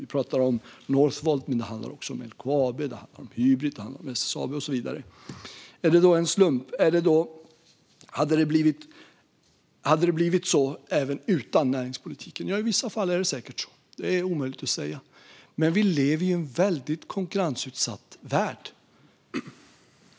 Vi pratar om Northvolt, men det handlar också om LKAB, om Hybrit, om SSAB och så vidare. Är det då en slump? Hade det blivit så även utan näringspolitiken? Ja, i vissa fall är det säkert så. Det är omöjligt att säga. Men vi lever i en väldigt konkurrensutsatt värld.